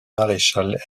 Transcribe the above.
maréchal